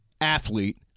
athlete